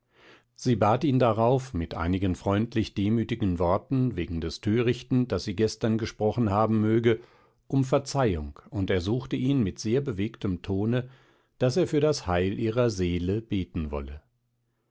sie bat ihn darauf mit einigen freundlich demütigen worten wegen des törichten das sie gestern gesprochen haben möge um verzeihung und ersuchte ihn mit sehr bewegtem tone daß er für das heil ihrer seele beten wolle